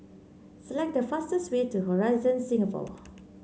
select the fastest way to Horizon Singapore